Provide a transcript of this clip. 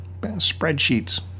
spreadsheets